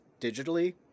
digitally